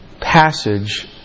passage